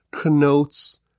connotes